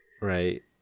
Right